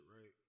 right